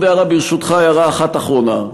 עוד הערה, ברשותך, הערה אחת אחרונה.